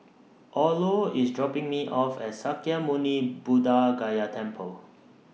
Orlo IS dropping Me off At Sakya Muni Buddha Gaya Temple